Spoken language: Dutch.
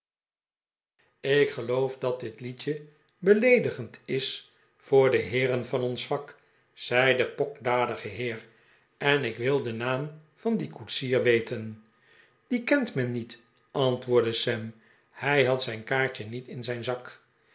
ik geloof dat dit liedje beleedigend is voor de heeren van ons vak zei de pokdalige heer en ik wil den naam van dien koetsier weten dien kent men niet antwoordde sam hij had zijn kaartje niet in zijn zak